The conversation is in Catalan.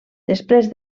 després